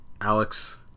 Alex